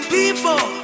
people